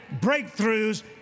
breakthroughs